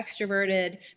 extroverted